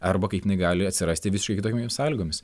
arba kaip jinai gali atsirasti visiškai kitokiomis sąlygomis